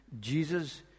Jesus